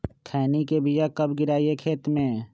खैनी के बिया कब गिराइये खेत मे?